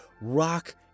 Rock